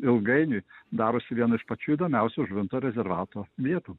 ilgainiui darosi vienu iš pačių įdomiausių žuvinto rezervato vietų